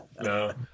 No